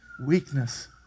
weakness